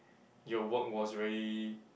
your work was very